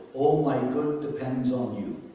all my good depends on you